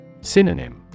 Synonym